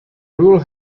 rule